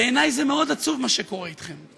בעיני זה מאוד עצוב מה שקורה אתכם.